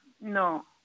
no